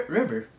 River